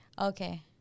Okay